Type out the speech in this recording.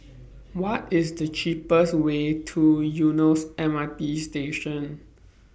What IS The cheapest Way to Eunos M R T Station